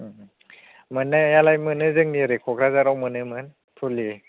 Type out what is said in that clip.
ओम ओम मोनोआलाय मोनो जोंनि कक्राझाराव मोनोमोन फुलि